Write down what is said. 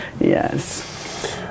yes